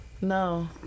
No